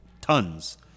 tons